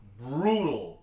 brutal